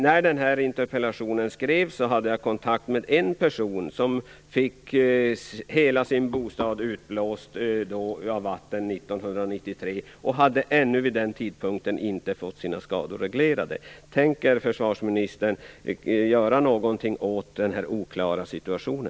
När interpellationen skrevs hade jag kontakt med en person som fick hela sin bostad utblåst av vatten 1993. Han hade ännu inte fått skadorna reglerade.